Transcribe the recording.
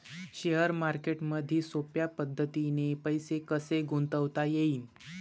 Share मार्केटमधी सोप्या पद्धतीने पैसे कसे गुंतवता येईन?